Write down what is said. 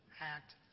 act